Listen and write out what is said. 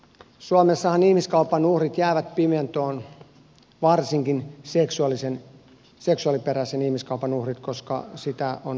suomessahan ihmiskaupan uhrit jäävät pimentoon varsinkin seksuaaliperäisen ihmiskaupan uhrit koska sitä on hyvin vaikea havaita